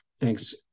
Thanks